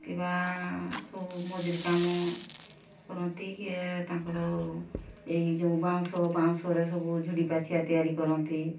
କିବା ସବୁ ମଜୁରୀ କାମ କରନ୍ତି କିଏ ତାଙ୍କର ଏଇ ଯେଉଁ ବାଉଁଶ ବାଉଁଶରେ ସବୁ ଝୁଡ଼ି ପାଛିଆ ତିଆରି କରନ୍ତି